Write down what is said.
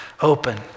open